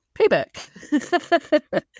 payback